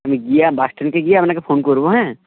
আমি গিয়ে বাস স্ট্যান্ডকে গিয়ে আপনাকে ফোন করব হ্যাঁ